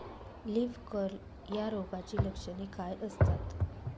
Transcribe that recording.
Leaf curl या रोगाची लक्षणे काय असतात?